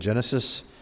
Genesis